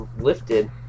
lifted